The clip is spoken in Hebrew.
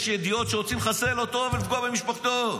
יש ידיעות שרוצים לחסל אותו ולפגוע במשפחתו.